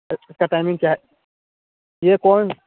अच्छा इसका टाइमिंग क्या है यह कौन